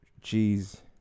Cheese